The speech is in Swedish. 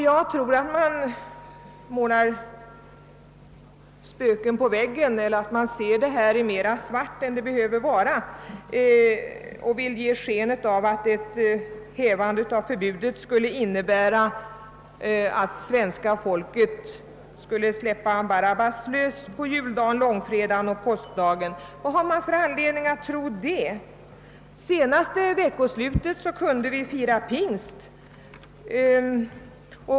Jag anser att man målar spöken på väggen och målar i alltför mörka färger och vill ge ett sken av att ett upphävande av förbudet skulle innebära att svenska folket skulle släppa Barabbas lös på juldagen, långfredagen och påskdagen. Vad har man för anledning att tro det? Senaste veckoslutet kunde vi fira pingst.